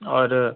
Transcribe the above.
और